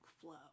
flow